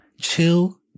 chill